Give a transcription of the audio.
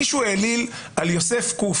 מישהו העליל על יוסף ק.